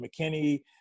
McKinney